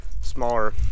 smaller